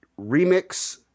remix